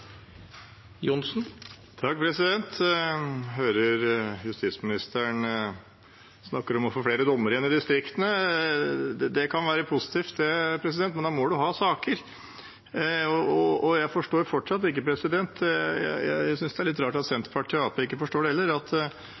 hører justisministeren snakke om igjen å få flere dommere i distriktene. Det kan være positivt, men da må man ha saker. Jeg forstår det fortsatt ikke. Jeg synes det er litt rart at Senterpartiet og Arbeiderpartiet heller ikke forstår at det